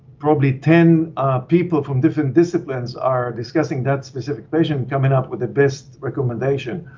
probably ten people from different disciplines are discussing that specific vision coming up with the best recommendation.